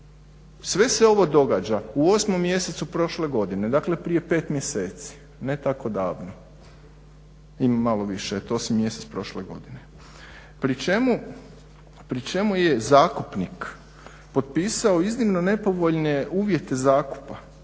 sve se ovo događa u osmom mjesecu prošle godine, dakle prije pet mjeseci, ne tako davno ima malo više, osmi mjesec prošle godine. Pri čemu je zakupnik potpisao iznimno nepovoljne uvjete zakupa